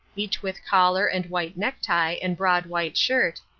each with collar and white necktie and broad white shirt,